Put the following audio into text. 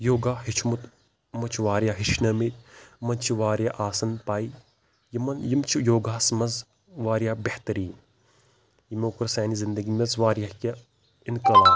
یوگا ہیوٚچھمُت یِمو چھِ واریاہ ہیٚچھنٲمٕتۍ یِمَن چھِ واریاہ آسان پَے یِمَن یِم چھِ یوگاہَس منٛز واریاہ بہتریٖن یِمو کوٚر سانہِ زندگی منٛز واریاہ کیٚنٛہہ اِنقلاب